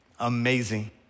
amazing